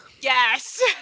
yes